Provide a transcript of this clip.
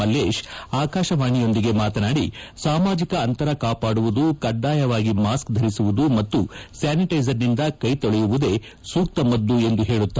ಮಲ್ಗೇಶ್ ಅಕಾಶವಾಣಿಯೊಂದಿಗೆ ಮಾತನಾದಿ ಸಾಮಾಜಿಕ ಅಂತರ ಕಾಪಾದುವುದು ಕಡ್ಡಾಯವಾಗಿ ಮಾಸ್ಕ್ ಧರಿಸುವುದು ಮತ್ತು ಸ್ಯಾನಿಟೈಸರ್ ನಿಂದ ಕೈ ತೊಳೆಯುವುದೇ ಸೂಕ್ತ ಮದ್ದು ಎಂದು ಹೇಳುತ್ತಾರೆ